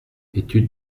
étude